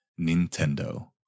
Nintendo